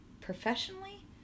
professionally